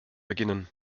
beginnen